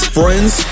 friends